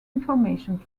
information